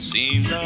Seems